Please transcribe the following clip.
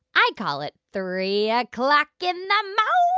i call it three o'clock in the um ah